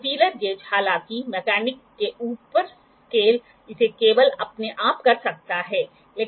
तो पहला spirit level पहला रेफरेंस ग्रेविटी का प्रभाव है और दूसरा रीडिंग पढ़ने में बबल के खिलाफ स्केल है